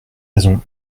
raison